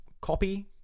copy